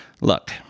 Look